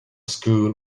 school